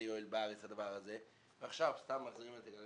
יואל בריס ועכשיו סתם מחזירים את זה.